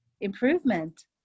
improvement